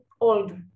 old